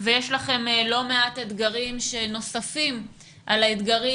ויש לכם לא מעט אתגרים נוספים על האתגרים